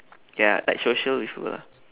ya like social with who lah